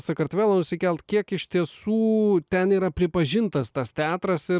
sakartvelą nusikelt kiek iš tiesų ten yra pripažintas tas teatras ir